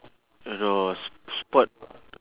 oh no s~ sport